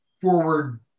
forward